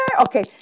Okay